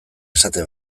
esate